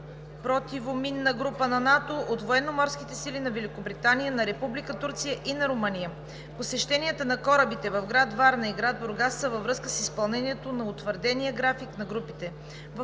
противоминна група на НАТО от Военноморските сили на Великобритания, на Република Турция и на Румъния. Посещенията на корабите в град Варна и град Бургас са във връзка с изпълнението на утвърдения график на групите.